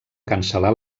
cancel·lar